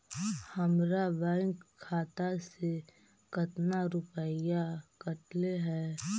हमरा बैंक खाता से कतना रूपैया कटले है?